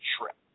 trip